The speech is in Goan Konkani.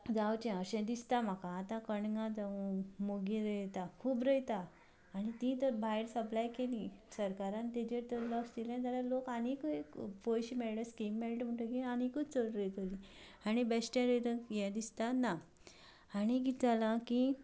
जांवचें अशें दिसता म्हाका आतां कणगां जावं मुगी रोयता खूब रोयता आनी तीं तर भायर सपलाय केलीं सरकारान ताजेर तर लक्ष दिलें जाल्यार लोक आनीकूय पयशे मेळटा स्कीम मेळटा म्हणटकच आनीकूय चड रोयतलीं आनी बेश्टें हें दिसता ना आनी कित जालां की